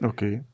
Okay